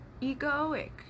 egoic